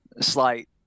slight